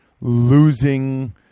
losing